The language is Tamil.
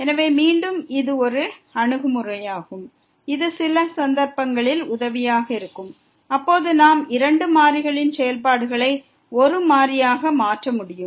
எனவே மீண்டும் இது ஒரு அணுகுமுறையாகும் இது சில சந்தர்ப்பங்களில் உதவியாக இருக்கும் அப்போது நாம் இரண்டு மாறிகளின் செயல்பாடுகளை ஒரு மாறியாக மாற்ற முடியும்